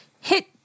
hit